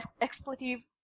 Expletive